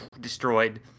Destroyed